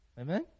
Amen